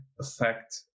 affect